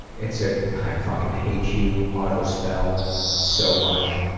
it's a i fuckin' hate you, autospell, so much.